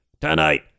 tonight